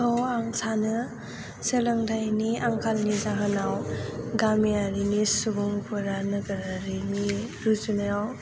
औ आं सानो सोलोंथायनि आंखालनि जाहोनाव गामियारिनि सुबुंफोरा नोगोरारिनि रुजुनायाव